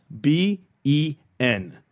b-e-n